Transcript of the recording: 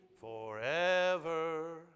forever